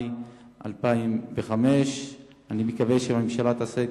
במאי 2005. אני מקווה שהממשלה תעשה את